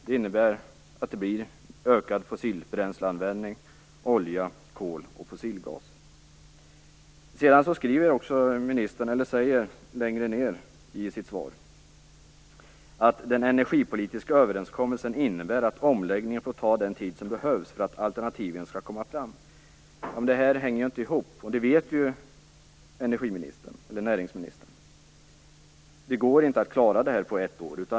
Det innebär att det blir ökad fossilbränsleanvändning, olja, kol och fossilgas. Längre ned i sitt svar skriver också ministern att den energipolitiska överenskommelsen innebär att omläggningen får ta den tid som behövs för att alternativen skall komma fram. Det här hänger inte ihop. Det vet näringsministern. Det går inte att klara detta på ett år.